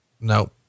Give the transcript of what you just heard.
No